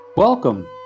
Welcome